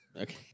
Okay